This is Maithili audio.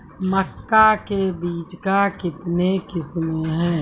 मक्का के बीज का कितने किसमें हैं?